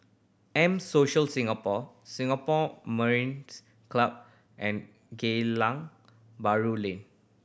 M Social Singapore Singapore Mariners' Club and Geylang Bahru Lane